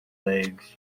legs